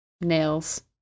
nails